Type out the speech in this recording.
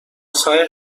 سعی